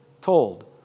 told